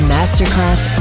Masterclass